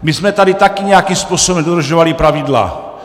My jsme tady taky nějakým způsobem dodržovali pravidla.